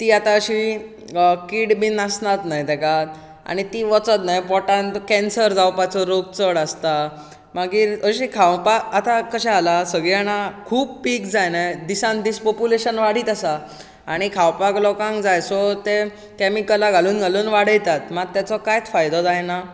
ती आता अशी कीड बी नासनात न्हय ताका आनी ती वचत न्हय पोटांत कँसर जावपाचो रोग चड आसता मागीर अशी खावपा आता कशें जाला खूब पीक जाला दिसान दीस पॉप्यूलेशन वाडीत आसा आनी खावपाक लोकांक जाय सो ते कॅमिकलां घालून घालून वाडयतात मात तेचो कांयच फायदो जायना